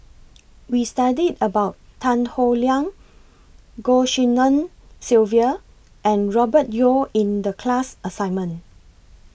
We studied about Tan Howe Liang Goh Tshin En Sylvia and Robert Yeo in The class assignment